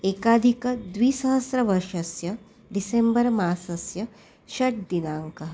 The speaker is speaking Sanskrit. एकाधिकद्विसहस्रतमवर्षस्य डिसेम्बर् मासस्य षड्दिनाङ्कः